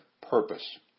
purpose